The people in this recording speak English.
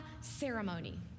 Ceremony